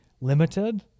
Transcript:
limited